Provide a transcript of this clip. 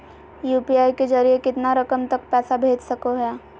UPI के जरिए कितना रकम तक पैसा भेज सको है?